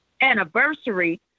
anniversary